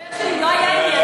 ההסבר שלי לא היה ענייני?